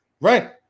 Right